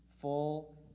full